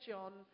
John